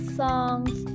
songs